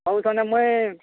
ହଉ ତେନେ ମୁଇଁ